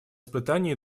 испытаний